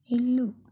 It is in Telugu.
ఇల్లు